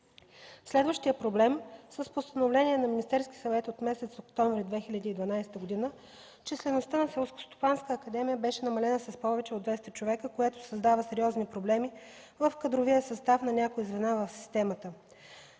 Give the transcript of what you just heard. Следващият проблем – с Постановление на Министерския съвет от месец октомври 2012 г. числеността на Селскостопанската академия беше намалена с повече от 200 човека, което създава сериозни проблеми в кадровия състав на някои звена в системата.